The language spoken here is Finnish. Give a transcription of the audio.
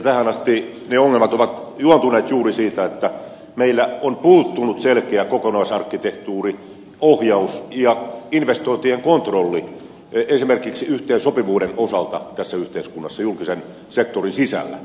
tähän asti ne ongelmat ovat juontuneet juuri siitä että meillä on puuttunut selkeä kokonaisarkkitehtuuri ohjaus ja investointien kontrolli esimerkiksi yhteensopivuuden osalta tässä yhteiskunnassa julkisen sektorin sisällä